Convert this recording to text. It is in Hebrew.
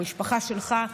המשפחה שלך,